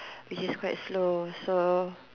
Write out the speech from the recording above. which is quite slow so